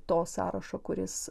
to sąrašo kuris